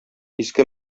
иске